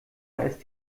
ist